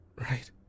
right